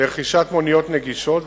לרכישת מוניות נגישות,